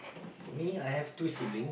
for me I have two siblings